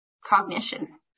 cognition